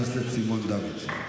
לשמוע את זה אפילו.